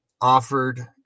offered